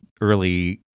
early